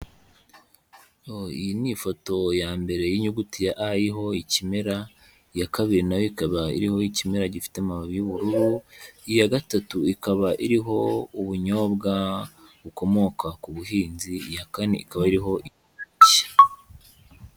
Iyi ni ifoto ya mbere y'inyuguti ya A iriho ikimera, iya kabiri nayo ikaba iriho ikimera gifite amababi y'ubururu, iya gatatu ikaba iriho ubunyobwa bukomoka ku buhinzi, iya kane ikaba iriho iki.